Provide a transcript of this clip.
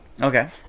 Okay